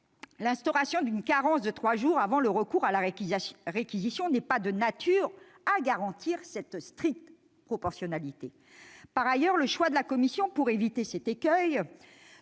l'instauration d'une carence de trois jours avant le recours à la réquisition n'est pas de nature à garantir cette stricte proportionnalité. Par ailleurs, le choix fait par la commission, pour éviter cet écueil,